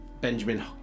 Benjamin